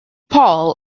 paul